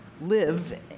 live